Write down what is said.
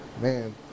man